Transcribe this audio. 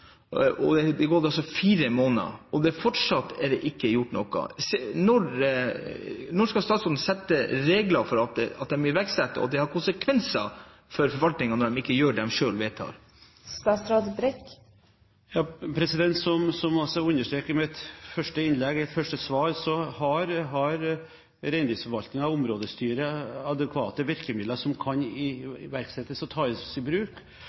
og det er fortsatt ikke gjort noe. Når skal statsråden sette regler som gjelder iverksettelse, og at det får konsekvenser for forvaltningen når de ikke gjør det de selv vedtar? Som jeg understreket i mitt første svar, har Reindriftsforvaltningen og områdestyret adekvate virkemidler som kan iverksettes og tas i bruk.